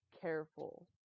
careful